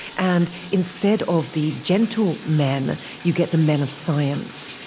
and instead of the gentle men you get the men of science,